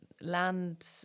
land